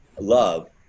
love